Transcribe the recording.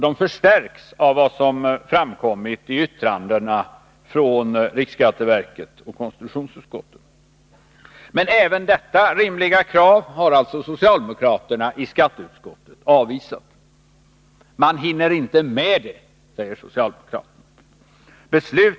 De förstärks av vad som har framkommit i yttrandena från riksskatteverket och konstitutionsutskottet. Men även detta rimliga krav har socialdemokraterna i skatteutskottet avvisat. Man hinner inte med det, säger socialdemokrater 151 na.